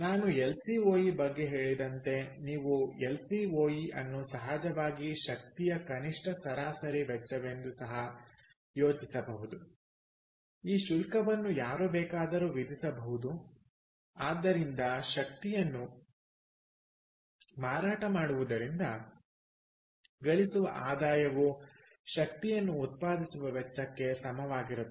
ನಾನು ಎಲ್ಸಿಒಇ ಬಗ್ಗೆ ಹೇಳಿದಂತೆ ನೀವು ಎಲ್ಸಿಒಇ ಅನ್ನು ಸಹಜವಾಗಿ ಶಕ್ತಿಯ ಕನಿಷ್ಠ ಸರಾಸರಿ ವೆಚ್ಚವೆಂದು ಸಹ ಯೋಚಿಸಬಹುದುಈ ಶುಲ್ಕವನ್ನು ಯಾರು ಬೇಕಾದರೂ ವಿಧಿಸಬಹುದು ಆದ್ದರಿಂದ ಶಕ್ತಿಯನ್ನು ಮಾರಾಟ ಮಾಡುವುದರಿಂದ ಗಳಿಸುವ ಆದಾಯವು ಶಕ್ತಿಯನ್ನು ಉತ್ಪಾದಿಸುವ ವೆಚ್ಚಕ್ಕೆ ಸಮವಾಗಿರುತ್ತದೆ